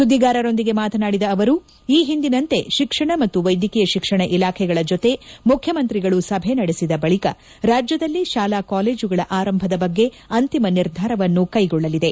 ಸುದ್ದಿಗಾರರೊಂದಿಗೆ ಮಾತನಾಡಿದ ಅವರು ಈ ಹಿಂದಿನಂತೆ ಶಿಕ್ಷಣ ಮತ್ತು ವೈದ್ಯಕೀಯ ಶಿಕ್ಷಣ ಇಲಾಖೆಗಳ ಜೊತೆ ಮುಖ್ಯಮಂತ್ರಿಗಳು ಸಭೆ ನಡೆಸಿದ ಬಳಿಕ ರಾಜ್ಯದಲ್ಲಿ ಶಾಲಾ ಕಾಲೇಜುಗಳ ಆರಂಭದ ಬಗ್ಗೆ ಅಂತಿಮ ನಿರ್ಧಾರವನ್ನು ಸರ್ಕಾರ ಕೈಗೊಳ್ಳಲಿದೆ